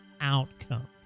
outcome